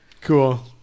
Cool